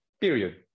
period